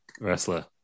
wrestler